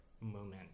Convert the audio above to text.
moment